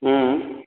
হুম